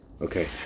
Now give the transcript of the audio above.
Okay